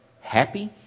Happy